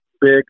big